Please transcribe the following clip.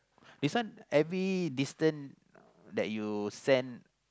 this one every distant that you send